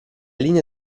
linee